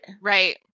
right